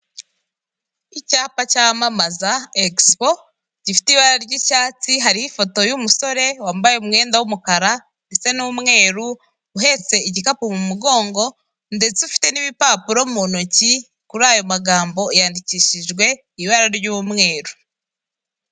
Icyapa cyamamaza egisipo gifite ibara ry'icyatsi hariho ifoto y'umusore wambaye umwenda w'umukara ndetse n'umweru uhetse igikapu mu mugongo ndetse ufite n'ibipapuro mu ntoki kuri ayo magambo yandikishijwe ibara ry'umweru.